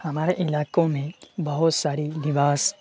ہمارے علاقوں میں بہت ساری لباس